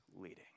leading